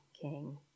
king